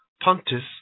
Pontus